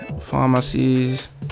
pharmacies